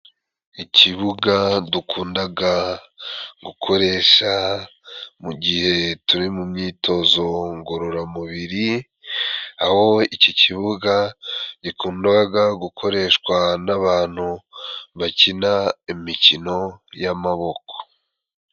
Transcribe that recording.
Ikibuga dukundaga gukoresha mu gihe turi mu myitozo ngororamubiri, aho iki kibuga gikundaga gukoreshwa n'abantu bakina imikino y'amaboko.